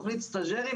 תוכנית סטאז'רים,